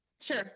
sure